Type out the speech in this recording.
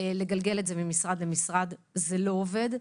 לגלגל את זה ממשרד למשרד, זה לא עובד.